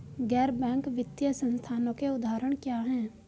गैर बैंक वित्तीय संस्थानों के उदाहरण क्या हैं?